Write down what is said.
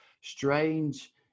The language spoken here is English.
strange